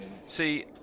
see